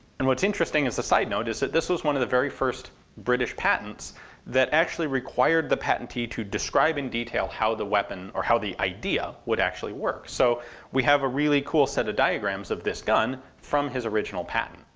and what's interesting as a side note, is that this was one of the very first british patents that actually required the patentee to describe in detail how the weapon, or how the idea, would actually work. so we have a really cool set of diagrams of this gun from his original patent.